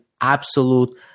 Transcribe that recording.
absolute